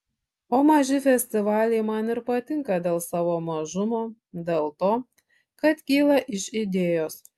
o maži festivaliai man ir patinka dėl savo mažumo dėl to kad kyla iš idėjos